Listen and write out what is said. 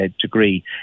degree